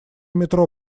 метро